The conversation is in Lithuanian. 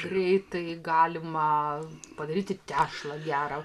greitai galima padaryti tešlą gerą